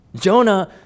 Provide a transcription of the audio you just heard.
Jonah